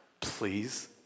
please